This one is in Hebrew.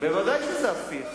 בוודאי שזה הפיך.